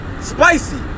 Spicy